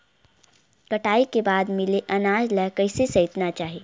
कटाई के बाद मिले अनाज ला कइसे संइतना चाही?